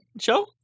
show